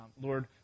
Lord